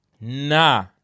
Nah